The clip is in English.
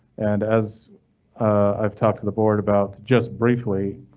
and as i've talked to the board about just briefly,